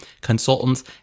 consultants